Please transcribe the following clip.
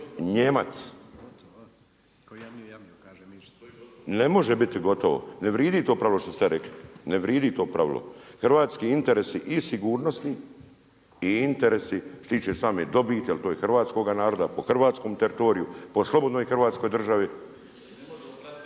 se./… Ne može biti gotovo, ne vridi to pravilo što ste sad rekli. Ne vridi to pravilo. Hrvatski interesi i sigurnosni i interesi što se tiče same dobiti, jer to je hrvatskoga naroda, po hrvatskom teritoriju, po slobodnoj Hrvatskoj državi. …/Upadica: